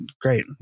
great